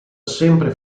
sempre